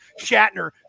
Shatner